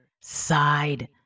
side